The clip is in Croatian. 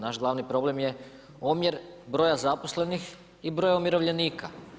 Naš glavni problem je omjer broja zaposlenih i broja umirovljenika.